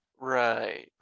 Right